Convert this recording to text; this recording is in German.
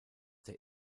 der